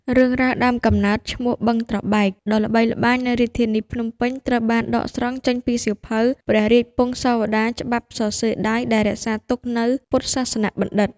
រឿងរ៉ាវដើមកំណើតឈ្មោះ "បឹងត្របែក" ដ៏ល្បីល្បាញនៅរាជធានីភ្នំពេញ ត្រូវបានដកស្រង់ចេញពីសៀវភៅ ព្រះរាជពង្សាវតារច្បាប់សរសេរដៃ ដែលរក្សាទុកនៅពុទ្ធសាសនបណ្ឌិត្យ។